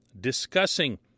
discussing